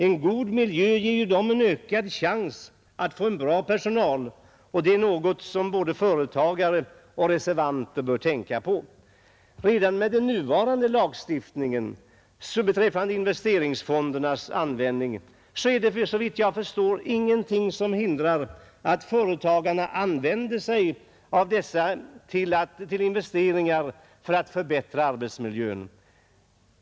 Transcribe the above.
En god miljö ger ju dem en ökad chans att få en bra personal, och det är något som både företagare och reservanter bör tänka på. Redan med den nuvarande lagstiftningen beträffande investeringsfondernas användning är det, såvitt jag förstår, ingenting som hindrar att företagarna använder sig av dessa för att förbättra arbetsmiljön.